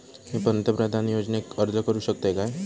मी पंतप्रधान योजनेक अर्ज करू शकतय काय?